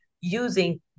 using